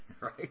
right